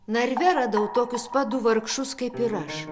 narve radau tokius pat du vargšus kaip ir aš